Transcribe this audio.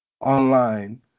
online